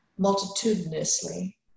multitudinously